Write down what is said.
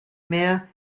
mehr